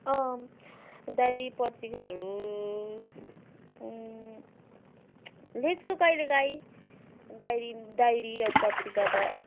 अँ डायरी पत्रिकाहरू लेख्छु कहिले कहीँ डायरी डायरी अब पत्रिका त